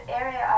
area